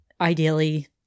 ideally